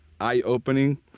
eye-opening